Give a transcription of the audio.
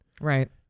Right